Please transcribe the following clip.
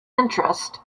interest